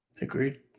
Agreed